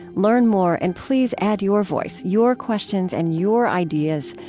learn more and please add your voice, your questions, and your ideas.